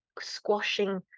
squashing